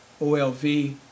OLV